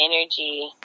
energy